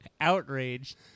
outraged